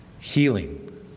healing